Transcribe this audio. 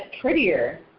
prettier